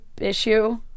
issue